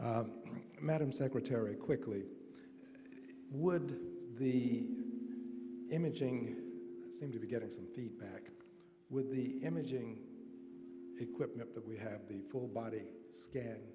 proudest madam secretary quickly would the imaging seem to be getting some feedback with the imaging equipment that we have the full body scan